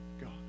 God